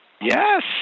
Yes